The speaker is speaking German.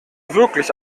wirklich